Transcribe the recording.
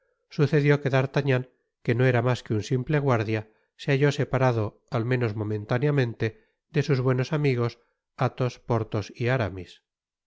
sucedió que d'artagnan que no era mas que un simple guardia se halló separado al menos momentáneamente de sus buenos amigos athos porthos y aramis